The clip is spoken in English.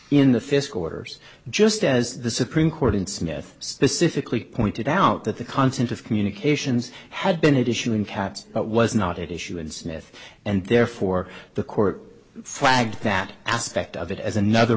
in the fisc orders just as the supreme court in smith specifically pointed out that the content of communications had been it is in caps but was not at issue in smith and therefore the court flagged that aspect of it as another